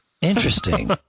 Interesting